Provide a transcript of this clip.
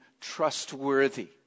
trustworthy